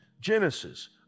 Genesis